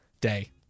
Day